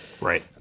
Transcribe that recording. right